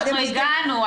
אנחנו הגענו,